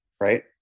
right